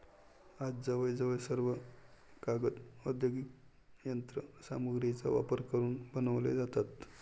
आज जवळजवळ सर्व कागद औद्योगिक यंत्र सामग्रीचा वापर करून बनवले जातात